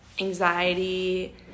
anxiety